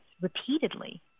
repeatedly